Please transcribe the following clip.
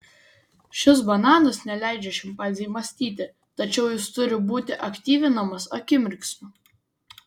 šis bananas neleidžia šimpanzei mąstyti tačiau jis turi būti aktyvinamas akimirksniu